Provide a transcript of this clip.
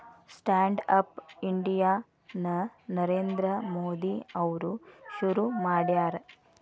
stand up India ನ ನರೇಂದ್ರ ಮೋದಿ ಅವ್ರು ಶುರು ಮಾಡ್ಯಾರ